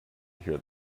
hear